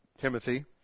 Timothy